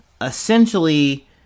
essentially